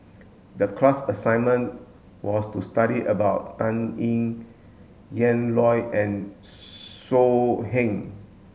the class assignment was to study about Dan Ying Ian Loy and So Heng